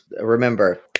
Remember